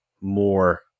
more